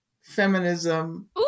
Feminism